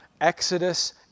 exodus